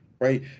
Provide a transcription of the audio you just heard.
Right